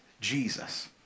Jesus